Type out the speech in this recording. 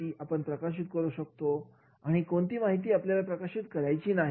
आपण प्रकाशित करू शकतो आणि कोणती माहिती आपल्याला प्रकाशित करायची नाही